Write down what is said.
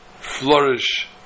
flourish